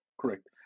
correct